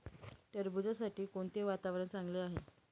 टरबूजासाठी कोणते वातावरण चांगले आहे?